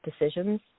decisions